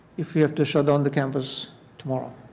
if we have to shut down the campus tomorrow.